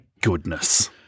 goodness